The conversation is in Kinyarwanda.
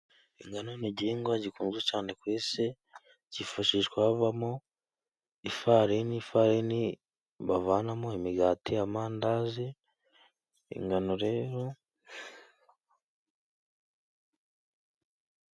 Ingano ni igihingwa gikunzwe cyane ku isi. Kifashishwa havamo ifarini, ifarini bavanamo imigati, amandazi, ingano rero...